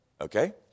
Okay